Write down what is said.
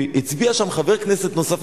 אני שמח שהפרטים לא נכונים,